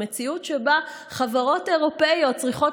המציאות שבה חברות אירופיות צריכות